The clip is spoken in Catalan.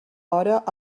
hora